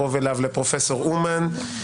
לפרופ' אומן.